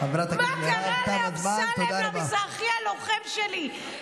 מה קרה לאמסלם המזרחי הלוחם שלי?